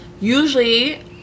usually